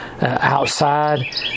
outside